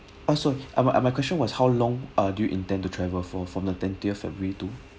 oh sorry uh uh my question was how long uh do you intend to travel for from the twentieth february to